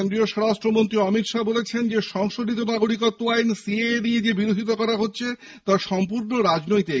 কেন্দ্রীয় স্বরাষ্ট্রমন্ত্রী অমিত শাহ বলেছেন সংশোধিত নাগরিকত্ব আইন সিএএ নিয়ে যে বিরোধিতা হচ্ছে তা সম্পূর্ণ রাজনৈতিক